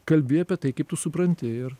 kalbi apie tai kaip tu supranti ir